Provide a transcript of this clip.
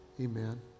amen